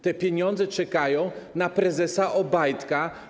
Te pieniądze czekają na prezesa Obajtka.